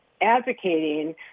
advocating